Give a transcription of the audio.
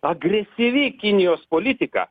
agresyvi kinijos politika